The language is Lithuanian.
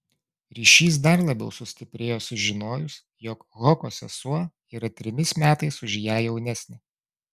ryšys dar labiau sustiprėjo sužinojus jog hoko sesuo yra trimis metais už ją jaunesnė